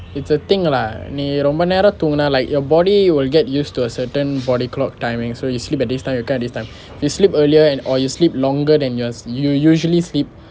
it's a thing lah நீ ரொம்ப நேரம் தூங்கினா:ni romba naeram thunginaa like your body you will get use to a certain body clock timing so you sleep at this time you wake up at this time if you sleep earlier and or you sleep longer than your you usually sleep